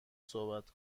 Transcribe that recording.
صحبت